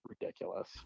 ridiculous